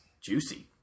juicy